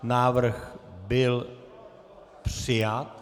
Návrh byl přijat.